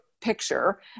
picture